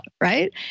right